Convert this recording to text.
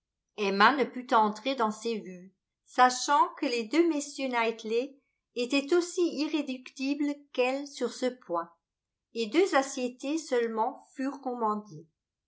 emma ne put entrer dans ces vues sachant que les deux messieurs knightley étaient aussi irréductibles qu'elle sur ce point et deux assiettées seulement furent